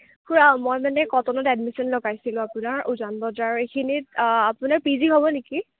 খুৰা মই মানে কটনত এডমিশ্যন লগাইছিলোঁ আপোনাৰ উজান বজাৰৰ এইখিনিত আপোনাৰ পি জি হ'ব নেকি